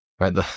right